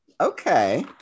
Okay